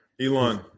Elon